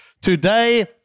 today